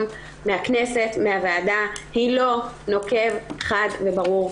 מהכנסת ומהוועדה היא לא נוקב חד וברור.